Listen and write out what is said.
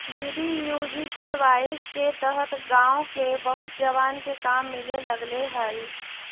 DDUGKY के तहत गाँव के बहुत जवान के काम मिले लगले हई